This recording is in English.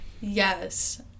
yes